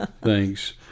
Thanks